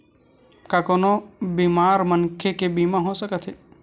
का कोनो बीमार मनखे के बीमा हो सकत हे?